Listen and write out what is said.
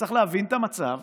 צריך להבין את המצב